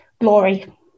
glory